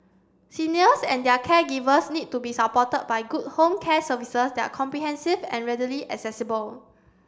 seniors and their caregivers need to be supported by good home care services that are comprehensive and readily accessible